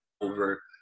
over